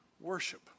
worship